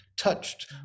touched